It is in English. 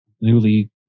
newly